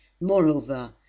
Moreover